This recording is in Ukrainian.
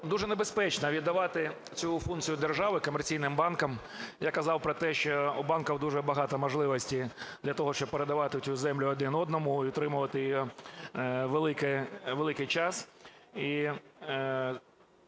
Дуже небезпечно віддавати цю функцію держави комерційним банкам. Я казав про те, що у банків дуже багато можливостей для того, щоб передавати цю землю один одному і утримувати її великий час.